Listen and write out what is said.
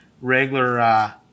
regular –